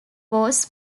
was